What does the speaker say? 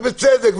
ובצדק,